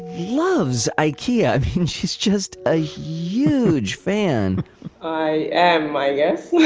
loves ikea. i mean she's just a huge fan i am, i guess.